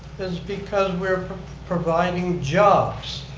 it's because we're providing jobs.